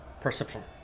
Perception